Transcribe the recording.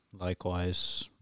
Likewise